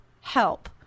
help